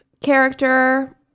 character